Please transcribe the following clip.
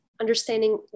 understanding